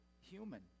human